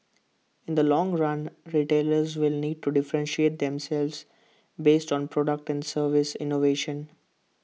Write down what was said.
in the long run retailers will need to differentiate themselves based on product and service innovation